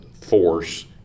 force